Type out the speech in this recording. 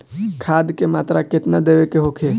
खाध के मात्रा केतना देवे के होखे?